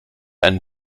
einen